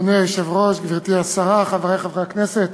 אדוני היושב-ראש, גברתי השרה, חברי חברי הכנסת,